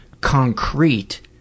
concrete